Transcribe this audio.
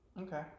Okay